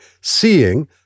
seeing